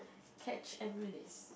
catch and release